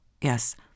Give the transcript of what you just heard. Yes